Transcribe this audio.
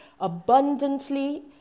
abundantly